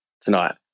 tonight